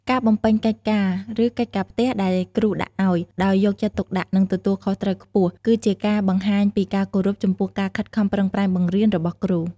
ការ បំពេញកិច្ចការ ឬកិច្ចការផ្ទះដែលគ្រូដាក់ឱ្យ ដោយយកចិត្តទុកដាក់ និងទទួលខុសត្រូវខ្ពស់ គឺជាការបង្ហាញពីការគោរពចំពោះការខិតខំប្រឹងប្រែងបង្រៀនរបស់គ្រូ។